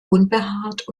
unbehaart